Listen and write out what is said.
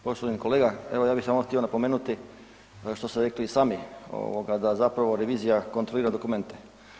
Poštovani kolega, evo ja bi samo htio napomenuti što ste rekli i sami, ovoga da zapravo revizija kontrolira dokumente.